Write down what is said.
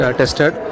tested